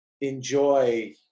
enjoy